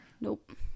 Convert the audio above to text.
nope